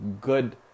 good